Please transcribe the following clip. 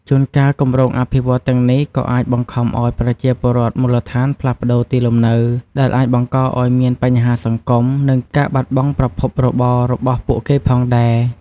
ជួនកាល គម្រោងអភិវឌ្ឍន៍ទាំងនេះក៏អាចបង្ខំឱ្យប្រជាពលរដ្ឋមូលដ្ឋានផ្លាស់ប្តូរទីលំនៅ ដែលអាចបង្កឱ្យមានបញ្ហាសង្គម និងការបាត់បង់ប្រភពរបររបស់ពួកគេផងដែរ។